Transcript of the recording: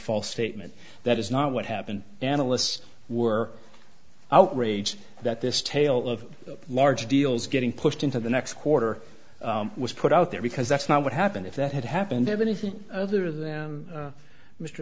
false statement that is not what happened analysts were outraged that this tale of large deals getting pushed into the next quarter was put out there because that's not what happened if that had happened anything other than